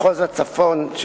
מחוז הצפון,